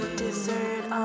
dessert